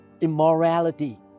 immorality